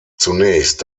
zunächst